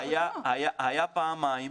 היה פעמיים.